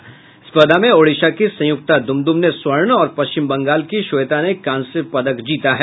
इस स्पर्धा में ओडिशा की संयुक्ता दुमदुम ने स्वर्ण और पश्चिम बंगाल की श्वेता ने कांस्य पदक जीता है